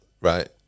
right